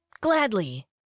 Gladly